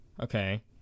okay